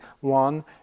one